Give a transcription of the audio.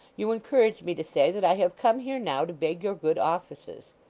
you encourage me to say that i have come here now, to beg your good offices